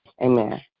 Amen